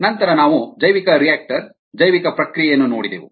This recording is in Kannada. ನಂತರ ನಾವು ಜೈವಿಕರಿಯಾಕ್ಟರ್ ಜೈವಿಕ ಪ್ರಕ್ರಿಯೆಯನ್ನು ನೋಡಿದೆವು